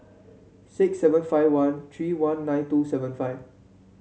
six seven five one three one nine two seven five